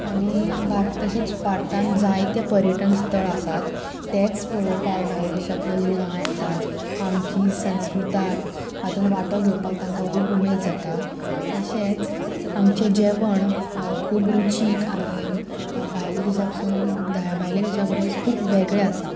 आनी भारत तशेंच भारतांत जायते पर्यटन स्थळ आसात तेच पळोवपाक भायले देशांतले लोक हांगा येताच आमची संस्कृताय हातून वांटो घेवपाक तांकां खूब उमेद जाता तशेंच आमचें जेवण खूब रुचीक आनी भायले देशा पसून भायले देशा परस खूब वेगळे आसा